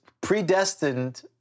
predestined